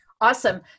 awesome